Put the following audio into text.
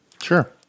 Sure